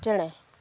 ᱪᱮᱬᱮ